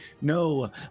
No